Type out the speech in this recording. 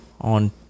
on